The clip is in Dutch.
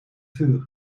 vuur